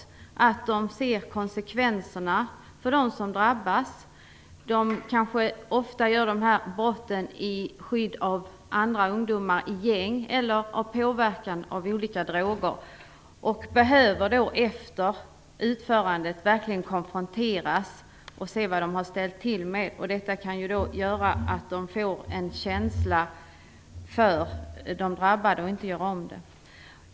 De måste få se konsekvenserna för dem som drabbas. Ofta begår ungdomarna dessa brott i skydd av andra ungdomar, i gäng, eller under påverkan av olika droger. De behöver efter utförandet verkligen konfronteras med vad de ställt till med. Det kan göra att de får en känsla för de drabbade och inte gör om det.